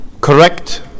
correct